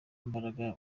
mbaraga